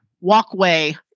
walkway